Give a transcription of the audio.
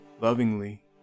lovingly